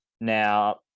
Now